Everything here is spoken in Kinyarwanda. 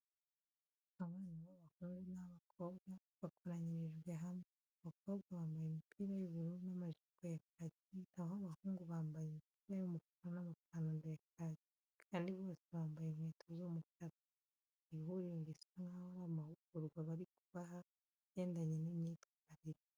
Abana b'abahungu n'abakobwa bakoranyirijwe hamwe, abakobwa bambaye imipira y'ubururu n'amajipo ya kaki, na ho ab'abahungu bambaye imipira y'umukara n'amapantaro ya kaki kandi bose bambaye inkweto z'umukara. Iri huriro risa nkaho ari amahugurwa bari kubaha agendanye n'imyitwarire.